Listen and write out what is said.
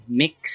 mix